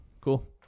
Cool